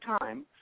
time